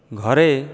ଘରେ